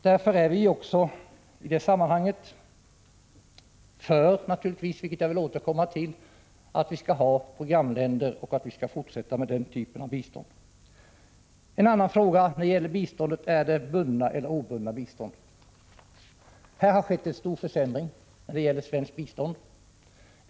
Därför är vi naturligtvis i det sammanhanget för att vi skall ha programländer och fortsätta med den typen av bistånd. Jag återkommer till den saken. En annan fråga gäller huruvida biståndet skall vara bundet eller obundet. Här har skett en kraftig försämring avseende det svenska biståndet.